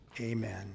Amen